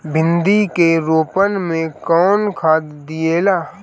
भिंदी के रोपन मे कौन खाद दियाला?